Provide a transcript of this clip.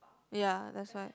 ya that's why